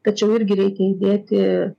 tačiau irgi reikia įdėti